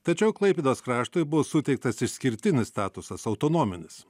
tačiau klaipėdos kraštui buvo suteiktas išskirtinis statusas autonominis